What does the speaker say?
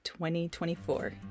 2024